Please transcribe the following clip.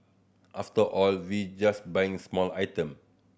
after all we just buying small item